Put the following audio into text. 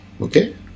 okay